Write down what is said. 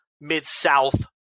Mid-South